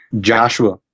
Joshua